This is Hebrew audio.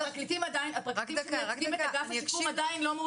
שהסתכלו עליהם קודם לכן וחשבו שכולם באים לרמות,